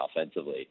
offensively